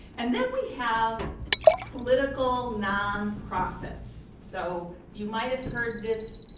and then we have political nonprofits. so you might have heard this.